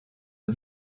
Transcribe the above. ses